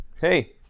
hey